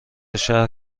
شهر